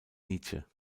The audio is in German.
nietzsche